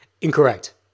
Incorrect